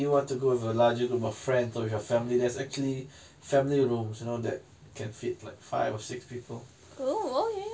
you want to go with a larger group of friends or with your family there's actually family rooms you know that can fit like five or six people